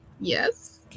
Yes